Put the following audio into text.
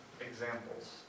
examples